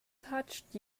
touched